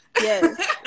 Yes